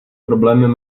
problém